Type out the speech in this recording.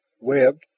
webbed